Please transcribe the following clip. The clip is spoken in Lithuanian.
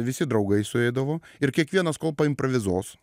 visi draugai sueidavo ir kiekvienas kol paimrovizuos